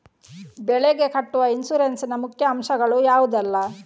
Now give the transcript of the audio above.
ಬೆಳೆಗೆ ಕಟ್ಟುವ ಇನ್ಸೂರೆನ್ಸ್ ನ ಮುಖ್ಯ ಅಂಶ ಗಳು ಯಾವುದೆಲ್ಲ?